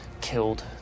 killed